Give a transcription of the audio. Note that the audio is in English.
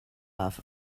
off